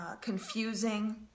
confusing